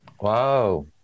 Wow